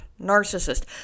narcissist